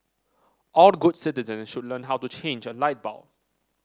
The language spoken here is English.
all good citizens should learn how to change a light bulb